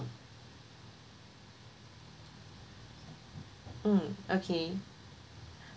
mm okay